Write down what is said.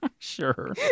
Sure